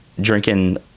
drinking